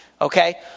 Okay